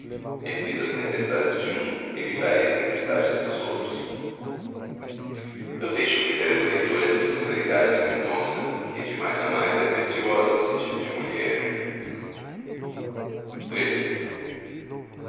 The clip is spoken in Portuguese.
evito as tempestades de um evitarei as tempestades dos outros eu deixo ao critério do leitor esta singularidade de mendonça que de mais a mais é preciosa no sentido de